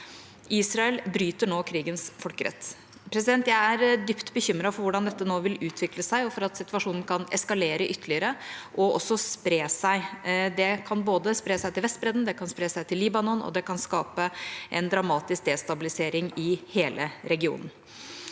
Israel bryter nå krigens folkerett. Jeg er dypt bekymret for hvordan dette nå vil utvikle seg, og for at situasjonen kan eskalere ytterligere og spre seg. Det kan spre seg til både Vestbredden og Libanon, og det kan skape en dramatisk destabilisering i hele regionen.